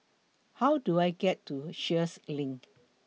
How Do I get to Sheares LINK